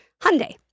Hyundai